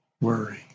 worry